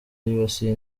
yibasiye